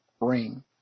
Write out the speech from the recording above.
ring